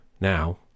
Now